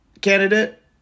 candidate